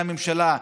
עם משרדי הממשלה,